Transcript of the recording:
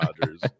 Dodgers